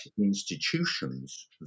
institutions